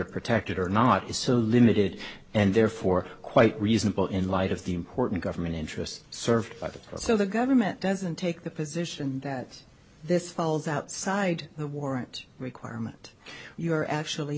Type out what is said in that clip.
protected or not is so limited and therefore quite reasonable in light of the important government interests served by that so the government doesn't take the position that this falls outside the warrant requirement you are actually